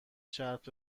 شرط